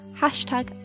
hashtag